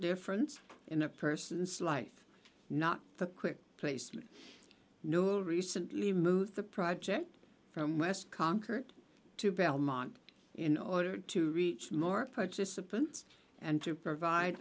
difference in a person's life not the quick placement new recently moved the project from west concord to belmont in order to reach more participants and to provide